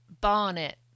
Barnet